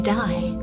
die